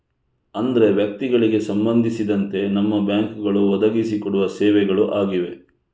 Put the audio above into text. ಅಂದ್ರೆ ವ್ಯಕ್ತಿಗಳಿಗೆ ಸಂಬಂಧಿಸಿದಂತೆ ನಮ್ಮ ಬ್ಯಾಂಕುಗಳು ಒದಗಿಸಿ ಕೊಡುವ ಸೇವೆಗಳು ಆಗಿವೆ